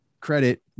credit